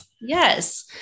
Yes